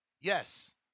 Yes